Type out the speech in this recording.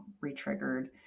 re-triggered